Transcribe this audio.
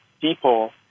people